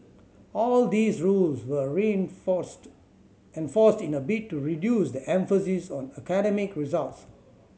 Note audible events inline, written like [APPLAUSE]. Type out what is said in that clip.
all these rules were [UNINTELLIGIBLE] enforced in a bid to reduce the emphasis on academic results